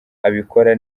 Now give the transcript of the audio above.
abikora